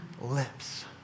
lips